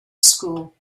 school